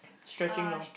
stretching now